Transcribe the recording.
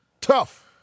Tough